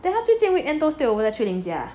then 他最近 weekend 都 stay over 秋铃家啊